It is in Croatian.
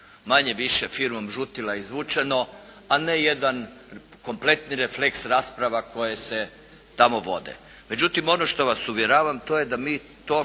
manje-više firmom žutila izvučeno a ne jedan kompletni refleks rasprava koje se tamo vode. Međutim, ono što vas uvjeravam to je da mi to